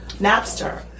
Napster